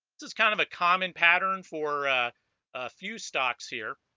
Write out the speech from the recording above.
this is kind of a common pattern for a few stocks here